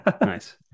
Nice